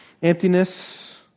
Emptiness